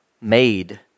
made